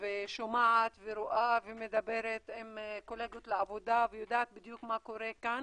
ושומעת ורואה ומדברת עם קולגות לעבודה ויודעת בדיוק מה קורה כאן